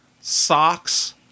Socks